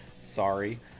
sorry